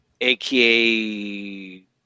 aka